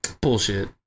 Bullshit